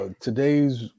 today's